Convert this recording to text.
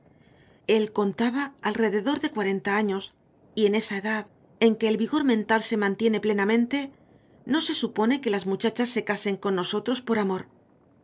él contaba alrededor de cuarenta años y en esa edad en que el vigor mental se mantiene plenamente no se supone que las muchachas se casen con nosotros por amor